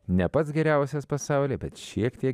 ne pats geriausias pasaulyje bet šiek tiek